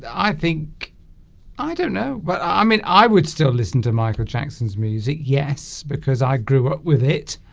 i think i don't know but i mean i would still listen to michael jackson's music yes because i grew up with it